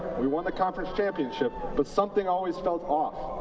we won the college championship but something always felt off.